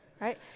right